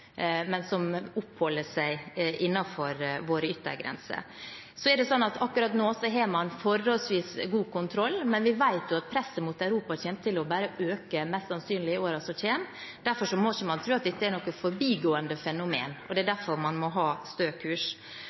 men som oppholder seg innenfor våre yttergrenser. Akkurat nå har man forholdsvis god kontroll, men vi vet at presset mot Europa mest sannsynlig bare kommer til å øke i årene som kommer. Derfor må man ikke tro at dette er noe forbigående fenomen, og det er derfor man må ha stø kurs.